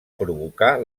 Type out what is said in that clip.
provocar